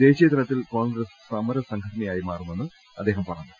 ദേശീയതലത്തിൽ കോൺഗ്രസ് സമരസംഘടനയായി മാറുമെന്ന് അദ്ദേഹം പറഞ്ഞു